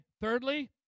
Thirdly